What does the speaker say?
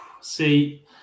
See